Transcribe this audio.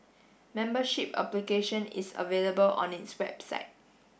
membership application is available on its website